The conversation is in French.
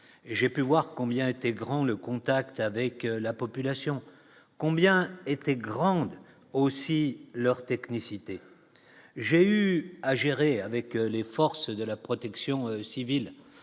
j'ai pu voir combien était grand le contact avec la population combien était grande aussi leur technicité, j'ai eu à gérer avec les forces de la protection civile,